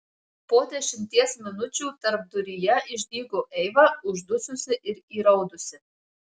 po dešimties minučių tarpduryje išdygo eiva uždususi ir įraudusi